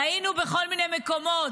ראינו בכל מיני מקומות.